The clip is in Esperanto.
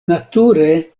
nature